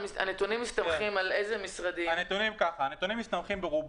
50% ומשהו הם עסקים קטנים ובינונים והם משלמים את רוב